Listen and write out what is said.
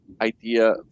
idea